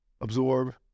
absorb